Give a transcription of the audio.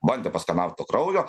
bandė paskanaut to kraujo